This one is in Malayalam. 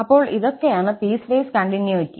അപ്പോൾ ഇതൊക്കെയാണ് പീസ്വേസ് കണ്ടിന്യൂയിറ്റി